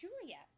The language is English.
juliet